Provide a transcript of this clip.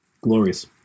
Glorious